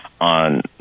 on